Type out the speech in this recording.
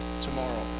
tomorrow